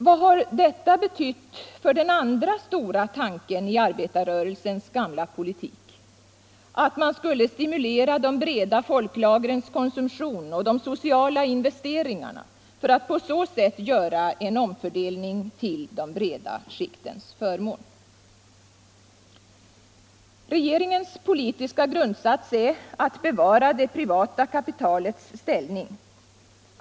Vad har detta betytt för den andra stora tanken i arbetarrörelsens gamla politik; att man skulle stimulera de breda folklagrens konsumtion och de sociala investeringarna för att på så sätt göra en omfördelning till de breda skiktens förmån? Regeringens politiska grundsats är att bevara det privata kapitalets ställning.